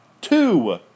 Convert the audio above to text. Two